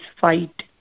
fight